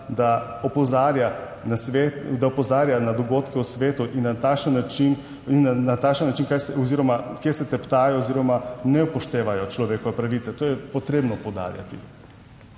da opozarja na dogodke v svetu in kje se teptajo oziroma ne upoštevajo človekove pravice. To je potrebno poudarjati.